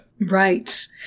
Right